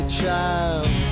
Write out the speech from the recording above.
child